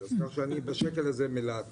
אז ככה שאני בשקל הזה מלהטט.